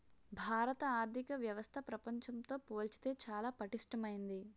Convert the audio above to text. భారత ఆర్థిక వ్యవస్థ ప్రపంచంతో పోల్చితే చాలా పటిష్టమైంది